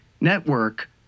network